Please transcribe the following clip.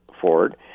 forward